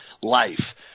life